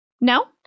No